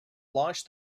launch